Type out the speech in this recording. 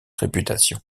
réputation